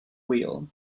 wheel